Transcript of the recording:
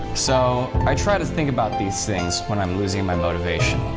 so i try to think about these things when i'm losing my motivation.